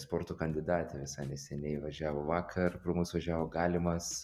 sporto kandidatė visai neseniai važiavo vakar pro mus važiavo galimas